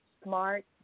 smart